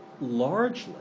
largely